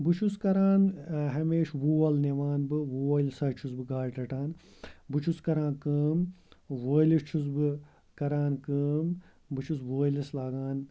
بہٕ چھُس کَران ہمیشہِ وول نِوان بہٕ وٲلۍ سۭتۍ چھُس بہٕ گاڈٕ رَٹان بہٕ چھُس کَران کٲم وٲلِس چھُس بہٕ کَران کٲم بہٕ چھُس وٲلِس لاگان